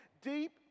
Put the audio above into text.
Deep